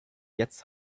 jetzt